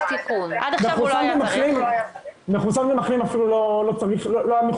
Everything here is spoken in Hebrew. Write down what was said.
עד עכשיו הוא לא היה צריך.